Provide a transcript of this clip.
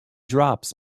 drops